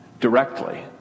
directly